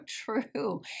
true